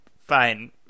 fine